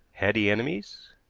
had he enemies?